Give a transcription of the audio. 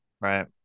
Right